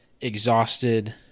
exhausted